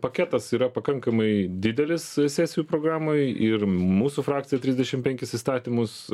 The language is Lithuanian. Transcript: paketas yra pakankamai didelis sesijų programoj ir mūsų frakcija trisdešimt penkis įstatymus